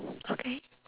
okay